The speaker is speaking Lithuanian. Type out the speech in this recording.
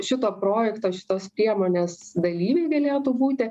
šito projekto šitos priemonės dalyviai galėtų būti